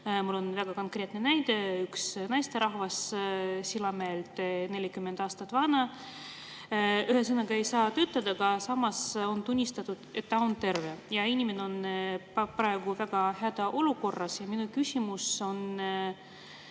Mul on väga konkreetne näide: üks naisterahvas Sillamäelt, 40 aastat vana, ei saa töötada, aga samas on tunnistatud, et ta on terve. See inimene on praegu hädaolukorras. Minu küsimus on